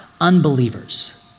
unbelievers